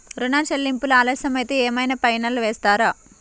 ఋణ చెల్లింపులు ఆలస్యం అయితే ఏమైన పెనాల్టీ వేస్తారా?